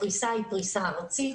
הפריסה היא פריסה ארצית.